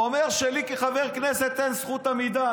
אומר שלי, כחבר כנסת, אין זכות עמידה.